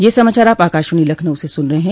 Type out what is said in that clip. ब्रे क यह समाचार आप आकाशवाणी लखनऊ से सुन रहे हैं